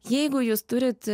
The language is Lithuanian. jeigu jūs turit